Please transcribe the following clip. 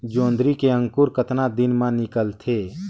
जोंदरी के अंकुर कतना दिन मां निकलथे?